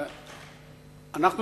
תודה רבה.